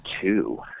two